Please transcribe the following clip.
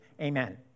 Amen